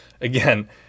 Again